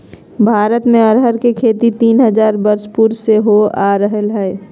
भारत में अरहर के खेती तीन हजार वर्ष पूर्व से होल आ रहले हइ